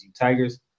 Tigers